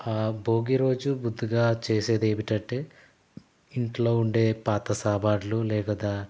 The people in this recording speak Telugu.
భోగి రోజు ముందుగా చేసేది ఏమిటంటే ఇంట్లో ఉండే పాత సామానులు లేదా